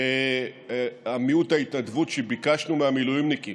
מיעוט ההתנדבות שביקשנו מהמילואימניקים